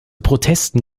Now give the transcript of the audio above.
protesten